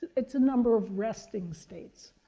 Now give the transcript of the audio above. it's a number of resting states.